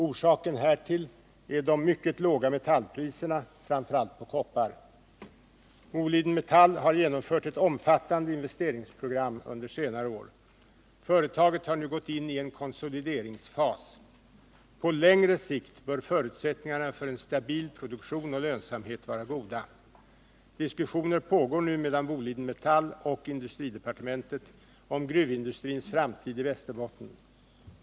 Orsaken härtill är de mycket låga metallpriserna, framför allt på koppar. Boliden Metall AB har genomfört 37 ett omfattande investeringsprogram under senare år. Företaget har nu gått in i en konsolideringsfas. På längre sikt bör förutsättningarna för en stabil produktion och lönsamhet vara goda. Diskussioner pågår nu mellan Boliden Metall AB och industridepartementet om gruvindustrins framtid i Västerbotten.